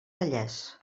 vallès